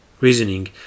Reasoning